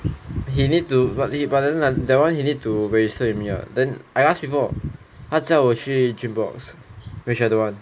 he need to but then that [one] he need to register with me what then I asked before 他叫我去 Gymmboxx which I don't want